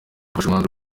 umwanzuro